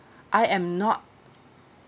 I am not